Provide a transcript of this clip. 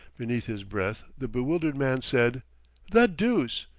beneath his breath the bewildered man said the deuce!